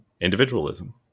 individualism